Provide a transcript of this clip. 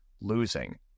losing